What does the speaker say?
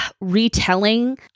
retelling